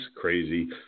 crazy